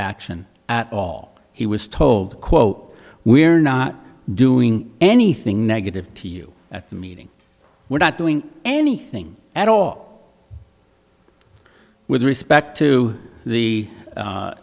action at all he was told quote we are not doing anything negative to you at the meeting we're not doing anything at all with respect to the